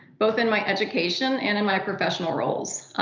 both in my education and in my professional roles.